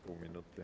Pół minuty.